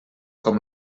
com